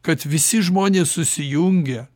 kad visi žmonės susijungia